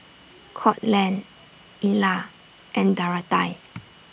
Courtland Illya and Dorathy